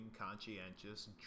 conscientious